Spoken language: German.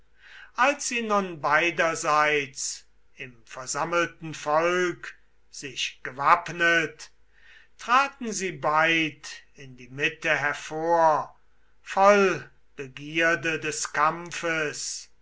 als sie nun beiderseits im versammelten volk sich gewappnet traten sie beid in die mitte hervor voll begierde des kampfes